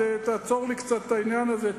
תעצור לי קצת את העניין הזה,